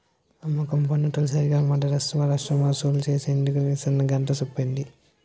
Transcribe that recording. అమ్మకం పన్ను తొలిసారిగా మదరాసు రాష్ట్రం ఒసూలు సేసిందని మా సిన్న గుంట సెప్పింది